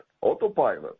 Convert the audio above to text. Autopilot